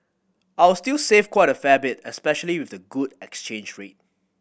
I'll still save quite a fair bit especially with the good exchange rate